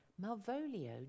Malvolio